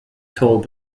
toll